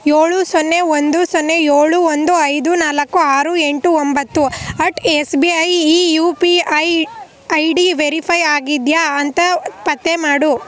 ಏಳು ಸೊನ್ನೆ ಒಂದು ಸೊನ್ನೆ ಏಳು ಒಂದು ಐದು ನಾಲ್ಕು ಆರು ಎಂಟು ಒಂಬತ್ತು ಅಟ್ ಎಸ್ ಬಿ ಐ ಈ U P I I D verify ಆಗಿದೆಯಾ ಅಂತ ಪತ್ತೆ ಮಾಡು